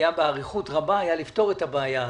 שהיה באריכות רבה, היה לפתור את הבעיה הזאת.